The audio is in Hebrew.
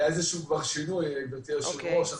היה איזשהו שינוי, גברתי היושבת-ראש.